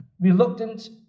reluctant